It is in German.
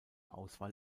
auswahl